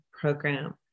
program